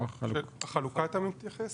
החלוקה אתה מתייחס?